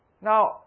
Now